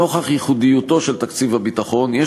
נוכח ייחודיותו של תקציב הביטחון יש